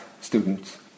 students